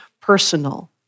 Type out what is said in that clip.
personal